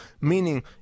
meaning